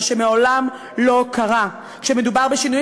מה שמעולם לא קרה כשמדובר בשינויים